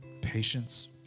patience